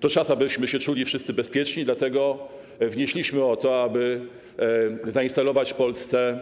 To czas, abyśmy się czuli wszyscy bezpieczni, dlatego wnieśliśmy o to, aby zainstalować w Polsce